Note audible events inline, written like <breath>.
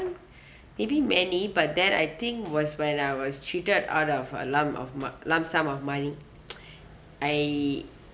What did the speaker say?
<breath> maybe many but then I think was when I was cheated out of a lump of mon~ lump sum of money <noise> I